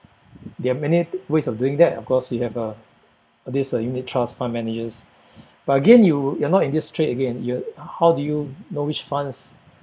there are many ways of doing that of course you have uh this uh unit trust fund managers but again you you're not in this trade again you're how do you know which funds